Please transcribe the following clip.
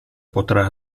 potrà